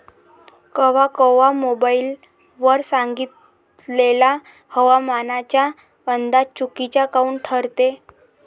कवा कवा मोबाईल वर सांगितलेला हवामानाचा अंदाज चुकीचा काऊन ठरते?